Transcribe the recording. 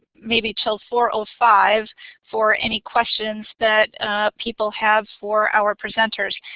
maybe until four five for any questions that people have for our presenters,